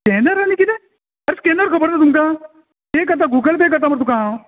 scanner आनी कितें अरे स्कॅनर खबर ना तुमकां ये करतां गुगल पे करता मरे तुका हांव